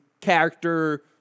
character